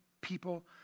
people